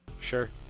Sure